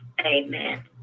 Amen